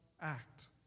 act